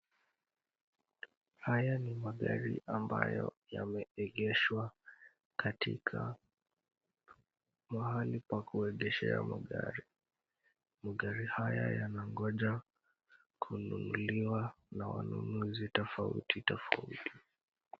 Haya ni magari ambayo yameegeshwa katika mahali pa kuegeshea magari. Magari haya yanangoja kununuliwa na wanunuzi tofauti tofauti.